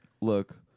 look